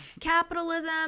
Capitalism